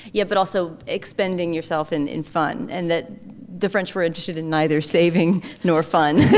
yeah but also expending yourself and in fun and that the french were interested in neither saving nor fun.